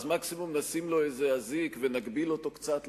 מקסימום נשים לו אזיק ונגביל אותו קצת,